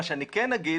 מה שאני כן אומר,